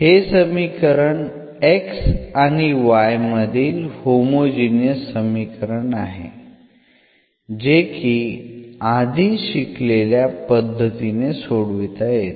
हे समीकरण X आणि Y मधील होमोजिनियस समीकरण आहे जे की आधी शिकलेल्या पद्धतीने सोडविता येते